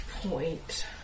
point